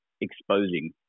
exposing